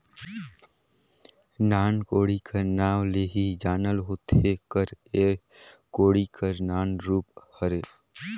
नान कोड़ी कर नाव ले ही जानल होथे कर एह कोड़ी कर नान रूप हरे